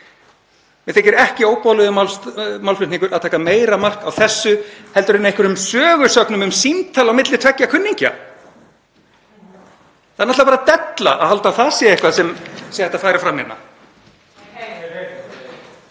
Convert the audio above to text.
Mér þykir ekki óboðlegur málflutningur að taka meira mark á þessu en einhverjum sögusögnum um símtal á milli tveggja kunningja. Það er náttúrlega bara della að halda að það sé eitthvað sem sé hægt að færa fram hérna.